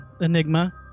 Enigma